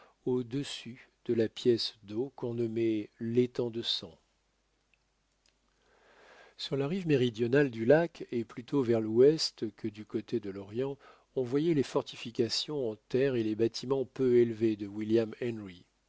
au-dessus de la pièce d'eau qu'on nommait létang de sang sur la rive méridionale du lac et plutôt vers l'ouest que du côté de l'orient on voyait les fortifications en terre et les bâtiments peu élevés de william henry